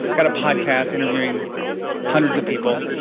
got a podcast interviewing hundreds of people